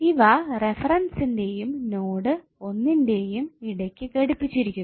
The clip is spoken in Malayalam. ഇവ റെഫെറെൻസിന്റെയും നോഡ് 1 ന്റെയും ഇടയ്ക്കു ഘടിപ്പിച്ചിരിക്കുന്നു